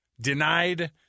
denied